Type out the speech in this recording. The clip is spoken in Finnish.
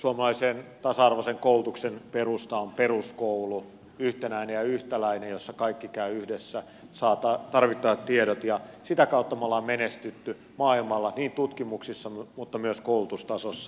suomalaisen tasa arvoisen koulutuksen perusta on peruskoulu yhtenäinen ja yhtäläinen jossa kaikki käyvät yhdessä saavat tarvittavat tiedot ja sitä kautta me olemme menestyneet maailmalla tutkimuksissa mutta myös koulutustasossa